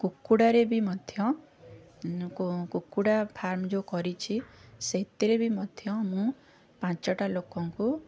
କୁକୁଡା଼ରେ ବି ମଧ୍ୟ କୁକୁଡ଼ା ଫାର୍ମ ଯେଉଁ କରିଛି ସେଥିରେ ବି ମଧ୍ୟ ମୁଁ ପାଞ୍ଚଟା ଲୋକଙ୍କୁ